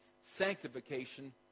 sanctification